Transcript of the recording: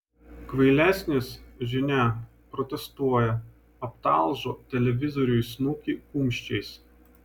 kvailesnis žinia protestuoja aptalžo televizoriui snukį kumščiais